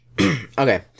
Okay